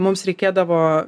mums reikėdavo